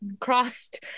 crossed